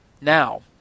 Now